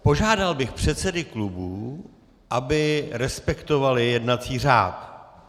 Požádal bych předsedy klubů, aby respektovali jednací řád.